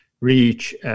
reach